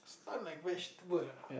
stunned like vegetables